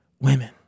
women